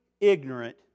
ignorant